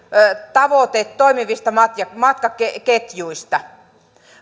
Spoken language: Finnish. tavoite toimivista matkaketjuista